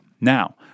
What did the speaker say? Now